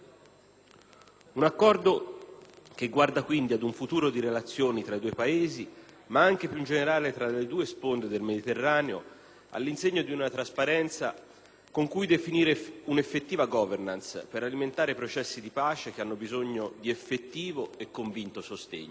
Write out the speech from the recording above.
Un accordo che guarda, quindi, ad un futuro di relazioni tra i due Paesi, ma anche più in generale tra le due sponde del Mediterraneo, all'insegna di una trasparenza con cui definire una effettiva *governance* per alimentare processi di pace che hanno bisogno di effettivo e convinto sostegno.